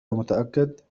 متأكد